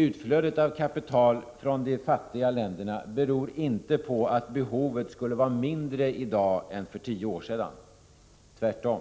Utflödet av kapital från de fattiga länderna beror inte på att behovet skulle vara mindre i dag än för tio år sedan. Tvärtom.